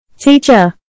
Teacher